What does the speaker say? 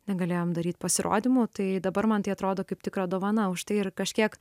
negalėjom daryt pasirodymų tai dabar man tai atrodo kaip tikra dovana už tai ir kažkiek